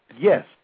Yes